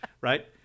Right